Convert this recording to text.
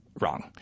wrong